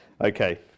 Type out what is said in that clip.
Okay